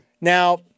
Now